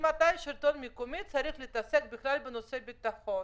ממתי השלטון המקומי צריך להתעסק בנושא ביטחון?